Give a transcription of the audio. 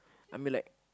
I mean like